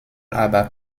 aber